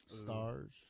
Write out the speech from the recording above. Stars